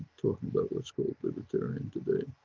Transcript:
talking about what's called libertarian today,